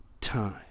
time